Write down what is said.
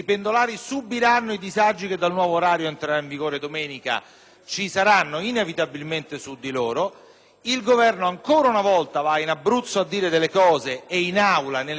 il Governo ancora una volta va in Abruzzo a dire delle cose, mentre in Aula, nelle sedi parlamentari, non fa il proprio dovere; ma, soprattutto - lo dico a lei in rappresentanza dell'intera Presidenza